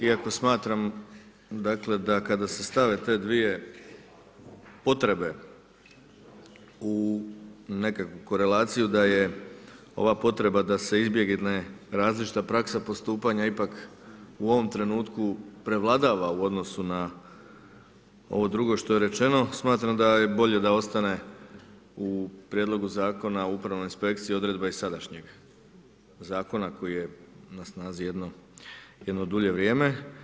Iako smatram da kada se stave te dvije potrebe u neku korelaciju da je ova potreba da se izbjegne različita praksa postupanja ipak u ovom trenutku prevladava u odnosu na ovo drugo što je rečeno, smatram da je bolje da ostane u Prijedlogu Zakona o Upravnoj inspekciji odredba iz sadašnjeg zakona koji je na snazi jedno dulje vrijeme.